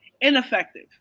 Ineffective